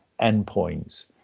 endpoints